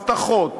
הבטחות,